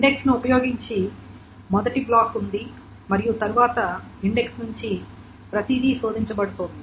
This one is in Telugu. ఇండెక్స్ని ఉపయోగించే మొదటి బ్లాక్ ఉంది మరియు తరువాత ఇండెక్స్ నుండి ప్రతిదీ శోధించబడుతోంది